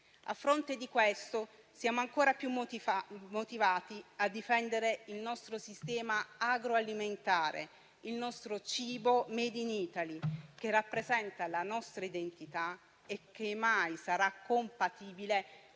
A fronte di questo, siamo ancora più motivati a difendere il nostro sistema agroalimentare e il nostro cibo *made in Italy*, che rappresenta la nostra identità e che mai sarà compatibile